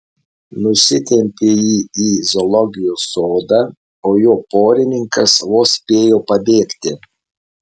nusitempė jį į zoologijos sodą o jo porininkas vos spėjo pabėgti